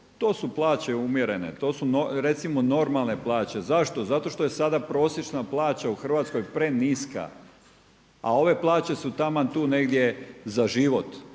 To su plaće umjerene, to su recimo normalne plaće. Zašto? Zato što je sada prosječna plaća u Hrvatskoj preniska, a ove plaće su taman tu negdje za život